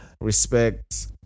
Respect